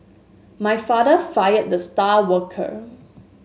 my father fired the star worker